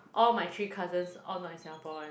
all my three cousins all not in Singapore [one]